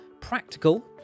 practical